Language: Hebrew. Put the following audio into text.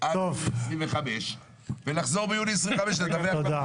עד 2025 ולחזור ביוני 2025 לדווח לנו.